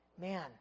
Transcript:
Man